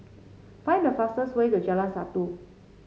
find the fastest way to Jalan Satu